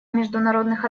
международных